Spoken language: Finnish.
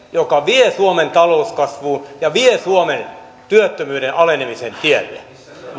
joka vie suomen talouskasvuun ja vie suomen työttömyyden alenemisen tielle